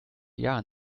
jahren